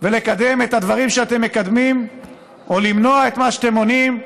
לקדם את הדברים שאתם מקדמים או למנוע את מה שאתם מונעים,